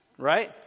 right